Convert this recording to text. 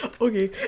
Okay